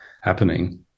happening